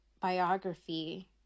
biography